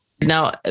Now